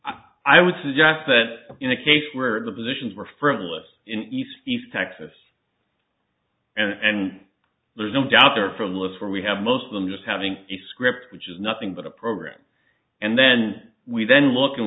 wrong i would suggest that in a case where the positions were frivolous in east east texas and there's no doubt they're from lists where we have most of them just having a script which is nothing but a program and then we then look and